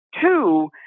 two